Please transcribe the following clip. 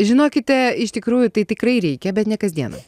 žinokite iš tikrųjų tai tikrai reikia bet ne kas dieną